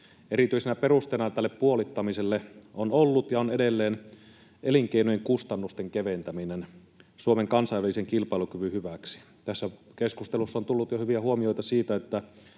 Erityisenä perusteena tälle puolittamiselle on ollut ja on edelleen elinkeinojen kustannusten keventäminen Suomen kansainvälisen kilpailukyvyn hyväksi. Tässä keskustelussa on tullut jo hyviä huomioita siitä, miten